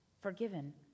forgiven